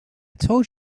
told